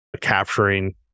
capturing